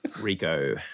Rico